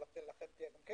אבל לכם כן תהיה יד